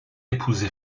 épousé